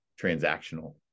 transactional